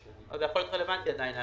זה יכול להיות עדיין רלוונטי לאנשים.